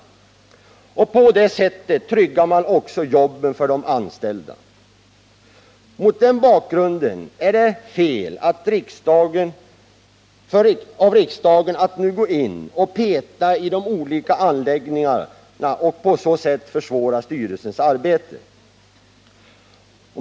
På det sättet tryggar man också jobben för de anställda. Mot den bakgrunden är det fel av riksdagen att nu gå in och peta i de olika anläggningarna och därigenom försvåra styrelsens arbete.